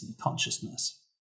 consciousness